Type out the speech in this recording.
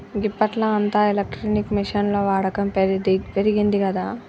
గిప్పట్ల అంతా ఎలక్ట్రానిక్ మిషిన్ల వాడకం పెరిగిందిగదా